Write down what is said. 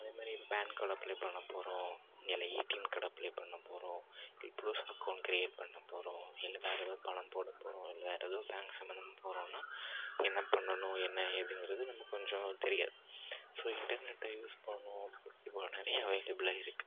அதே மாரி இப்போ பேன் கார்டு அப்ளை பண்ணப் போகறோம் இல்லை ஏடிஎம் கார்டு அப்ளை பண்ணப் போகறோம் இப் பெர்ஸ்னல் அக்கௌண்ட் கிரியேட் பண்ணப் போகறோம் இல்லை வேறு எதோ பணம் போடப் போகறோம் இல்லை வேறு எதோ பேங்க் சம்மந்தமாக போகறோம்னா என்ன பண்ணனும் என்ன ஏதுங்கறது நமக்கு கொஞ்சம் தெரியாது ஸோ இன்டர்நெட்டை யூஸ் பண்ணனும் இப்போ நிறைய அவைலபுளாக இருக்கு